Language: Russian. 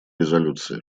резолюции